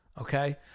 Okay